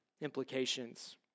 implications